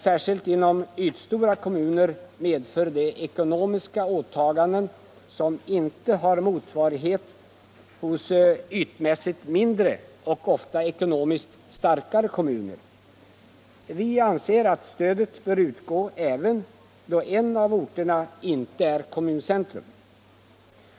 Särskilt inom ytstora kommuner medför detta ekonomiska åtaganden som inte har motsvarighet i ytmässigt mindre och ofta ekonomiskt starkare kommuner. Vi anser att stödet bör utgå även då en av orterna inte är kommuncentrum.